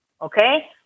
okay